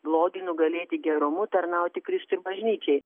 blogį nugalėti gerumu tarnauti kristui ir bažnyčiai